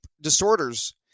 disorders